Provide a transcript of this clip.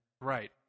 right